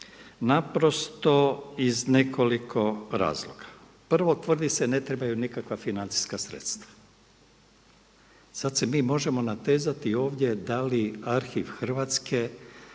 naprosto iz nekoliko razloga. Prvo, tvrdi se ne trebaju nikakva financijska sredstva. Sada se mi možemo natezati ovdje da li Arhiv Hrvatske